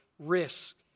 risk